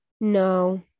No